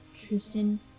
Tristan